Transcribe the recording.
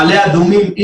מעלה אדומים,